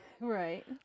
Right